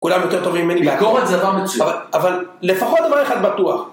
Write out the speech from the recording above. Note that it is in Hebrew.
כולם יותר טובים ממני. ביקורת זה דבר מצוין. אבל לפחות דבר אחד בטוח.